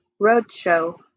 Roadshow